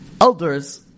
elders